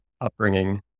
upbringing